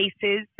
cases